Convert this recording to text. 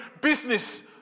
business